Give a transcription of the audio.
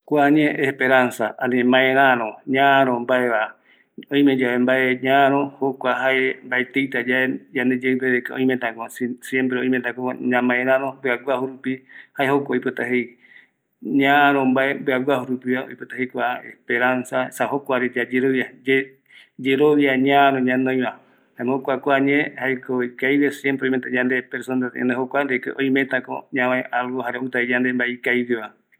Kua ñee maeraro, Esperanza, ani ñearo mbaeva, oime yave mbae ñaro, jokua jae mbaetïita yae yande yeïpe de que oimetakova, siempre oimetako ñamaerärö mbïa guajurupi jae jokua oipoa jei, ñaaro mbae mïaguajurupi va, oipota je kua esperansa, esa jokuare yayerovia, yerovia ñaaro ñanoiva, jaema jokua ñee, jaeko ikavigue, siempre oimeta yande como persona, eri jokua oimetako ñavae algo, jare outako övae yande mae ikavigueva.